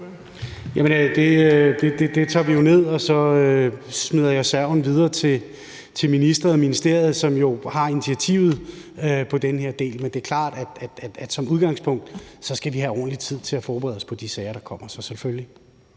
det tager vi ned, og så smider jeg serven videre til ministeren og ministeriet, som jo har initiativet på den her del. Men det er klart, at som udgangspunkt skal vi have ordentlig tid til at forberede os på de sager, der kommer, så selvfølgelig.